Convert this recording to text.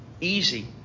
easy